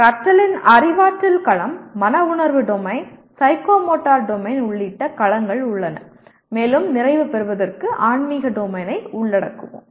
கற்றலில் அறிவாற்றல் களம் மன உணர்வு டொமைன் சைக்கோமோட்டர் டொமைன் உள்ளிட்ட களங்கள் உள்ளன மேலும் நிறைவு பெறுவதற்கு ஆன்மீக டொமைனை உள்ளடக்குவோம்